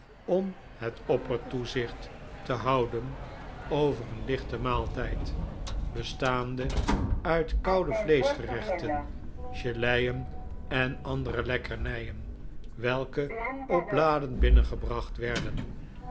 om het oppertoezicht te houden over een lichten maaltijd bestaande uit koude vleeschgerechten geleien en andere lekkernijen welke op bladen binnengebracht werden